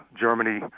Germany